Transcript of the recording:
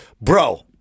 Bro